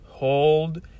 hold